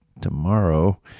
tomorrow